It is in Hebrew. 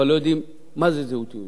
אבל לא יודעים מה זה זהות יהודית,